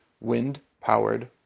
wind-powered